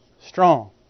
strong